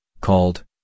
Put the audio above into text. called